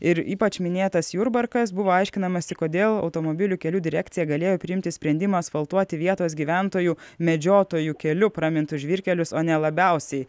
ir ypač minėtas jurbarkas buvo aiškinamasi kodėl automobilių kelių direkcija galėjo priimti sprendimą asfaltuoti vietos gyventojų medžiotojų keliu pramintus žvyrkelius o ne labiausiai